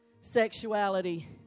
sexuality